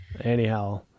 Anyhow